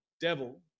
devil